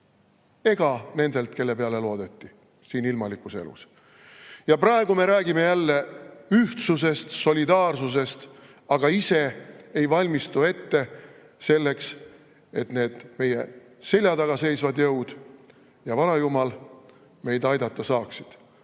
ega nendelt, kelle peale loodeti siin ilmalikus elus. Praegu me räägime jälle ühtsusest, solidaarsusest, aga ise ei valmistu selleks, et need meie selja taga seisvad jõud ja vanajumal meid aidata saaksid.